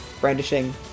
brandishing